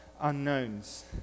unknowns